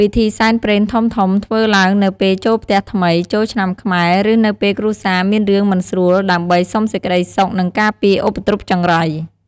ពិធីសែនព្រេនធំៗធ្វើឡើងនៅពេលចូលផ្ទះថ្មី ចូលឆ្នាំខ្មែរឬនៅពេលគ្រួសារមានរឿងមិនស្រួលដើម្បីសុំសេចក្តីសុខនិងការពារឧបទ្រពចង្រៃ។